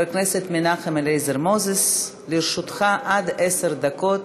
ברשות יושבת-ראש הישיבה,